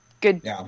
good